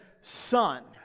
son